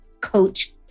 coach